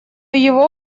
его